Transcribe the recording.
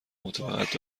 مطابقت